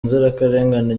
inzirakarengane